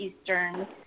Eastern